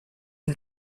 est